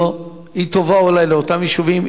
היא טובה, אולי, לאותם היישובים.